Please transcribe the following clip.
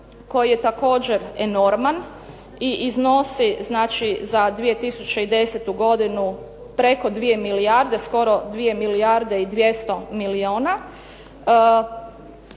koji je također enorman, i iznosi znači za 2010. godinu preko 2 milijarde, skoro 2 milijarde i 200 milijuna.